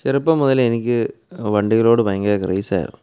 ചെറുപ്പം മുതലേ എനിക്ക് വണ്ടികളോട് ഭയങ്കര ക്രേസ് ആയിരുന്നു